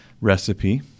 recipe